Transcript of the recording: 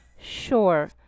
Sure